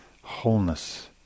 wholeness